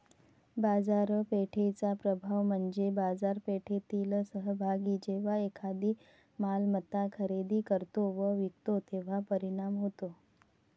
बाजारपेठेचा प्रभाव म्हणजे बाजारपेठेतील सहभागी जेव्हा एखादी मालमत्ता खरेदी करतो व विकतो तेव्हा परिणाम होतो